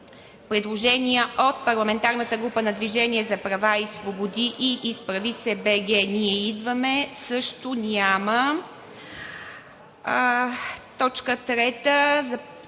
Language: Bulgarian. Предложения от парламентарната група на „Движение за права и свободи“ и „Изправи се БГ! Ние идваме!“ също няма. 3. Проект